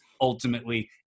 ultimately